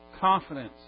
confidence